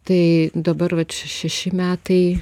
tai dabar vat šeši metai